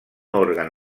òrgan